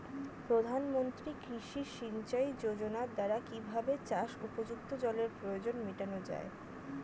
প্রধানমন্ত্রী কৃষি সিঞ্চাই যোজনার দ্বারা কিভাবে চাষ উপযুক্ত জলের প্রয়োজন মেটানো য়ায়?